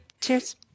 cheers